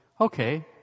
Okay